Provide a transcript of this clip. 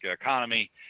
economy